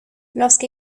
lorsque